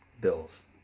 Bills